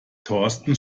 thorsten